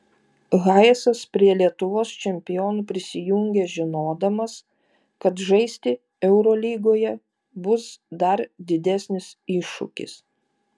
hayesas prie lietuvos čempionų prisijungė žinodamas kad žaisti eurolygoje bus dar didesnis iššūkis